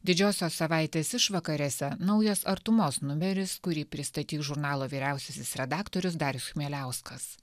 didžiosios savaitės išvakarėse naujas artumos numeris kurį pristatys žurnalo vyriausiasis redaktorius darius chmieliauskas